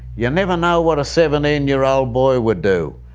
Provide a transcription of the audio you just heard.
yeah never know what a seventeen year old boy would do.